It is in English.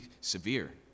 severe